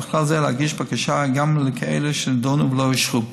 ובכלל זה להגיש בקשה גם לכאלה שנדונו ולא אושרו.